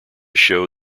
show